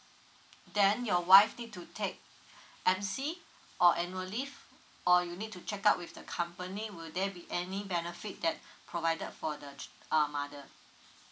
then your wife need to take m c or annual leave or you need to check out with the company will there be any benefit that provided for the um mother